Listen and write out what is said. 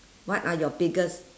what are your biggest